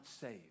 saved